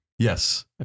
Yes